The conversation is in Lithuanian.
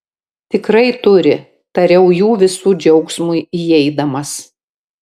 tikrai turi tariau jų visų džiaugsmui įeidamas